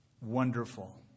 wonderful